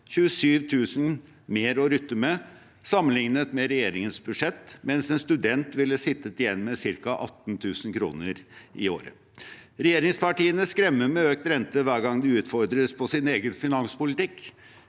27 000 kr mer å rutte med sammenliknet med regjeringens budsjett, mens en student ville sittet igjen med ca. 18 000 kr mer i året. Regjeringspartiene skremmer med økt rente hver gang de utfordres på sin egen finanspolitikk,